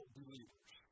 believers